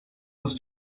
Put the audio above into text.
was